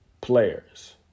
players